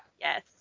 yes